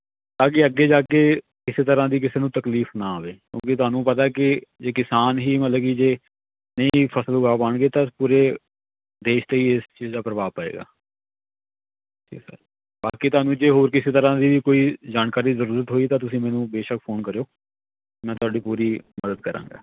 ਤਾਂਕਿ ਅੱਗੇ ਜਾ ਕੇ ਕਿਸੇ ਤਰ੍ਹਾਂ ਦੀ ਕਿਸੇ ਨੂੰ ਤਕਲੀਫ਼ ਨਾ ਆਵੇ ਕਿਉਂਕਿ ਤੁਹਾਨੂੰ ਪਤਾ ਕਿ ਜੇ ਕਿਸਾਨ ਹੀ ਮਤਲਬ ਕਿ ਜੇ ਨਹੀਂ ਫਸਲ ਉਗਾ ਪਾਣਗੇ ਤਾਂ ਪੂਰੇ ਦੇਸ਼ 'ਤੇ ਇਸ ਚੀਜ਼ ਦਾ ਪ੍ਰਭਾਵ ਪਏਗਾ ਠੀਕ ਹੈ ਬਾਕੀ ਤੁਹਾਨੂੰ ਜੇ ਹੋਰ ਕਿਸੇ ਤਰ੍ਹਾਂ ਦੀ ਕੋਈ ਜਾਣਕਾਰੀ ਜ਼ਰੂਰਤ ਹੋਈ ਤਾਂ ਤੁਸੀਂ ਮੈਨੂੰ ਬੇਸ਼ਕ ਫੋਨ ਕਰਿਓ ਮੈਂ ਤੁਹਾਡੀ ਪੂਰੀ ਮਦਦ ਕਰਾਂਗਾ